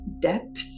depth